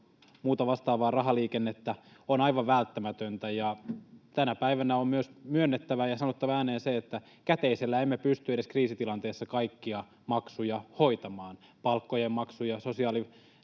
muuta vastaavaa rahaliikennettä, on aivan välttämätöntä. Tänä päivänä on myös myönnettävä ja sanottava ääneen se, että käteisellä emme pysty edes kriisitilanteessa kaikkia maksuja hoitamaan, palkkojen maksuja, sosiaaliturvaetuuksien